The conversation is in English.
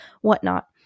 whatnot